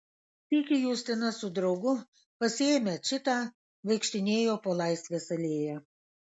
sykį justina su draugu pasiėmę čitą vaikštinėjo po laisvės alėją